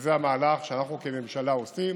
וזה המהלך שאנחנו כממשלה עושים,